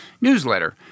newsletter